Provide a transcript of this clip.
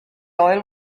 oil